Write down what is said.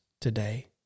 today